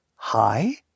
Hi